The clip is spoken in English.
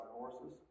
horses